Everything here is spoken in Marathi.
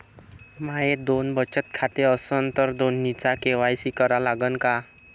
माये दोन बचत खाते असन तर दोन्हीचा के.वाय.सी करा लागन का?